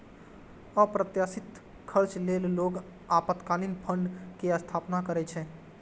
अप्रत्याशित खर्च लेल लोग आपातकालीन फंड के स्थापना करै छै